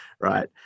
right